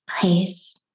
place